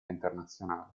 internazionale